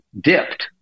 dipped